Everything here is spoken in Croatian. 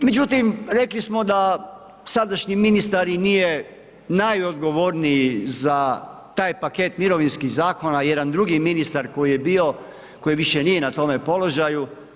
Međutim, rekli smo da sadašnji ministar i nije najodgovorniji za taj paket mirovinskih zakona jedan drugi ministar koji je bio, koji više na tome položaju.